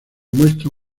muestra